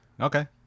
Okay